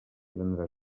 vendràs